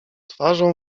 twarzą